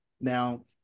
Now